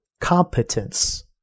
competence